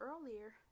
earlier